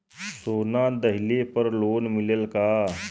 सोना दहिले पर लोन मिलल का?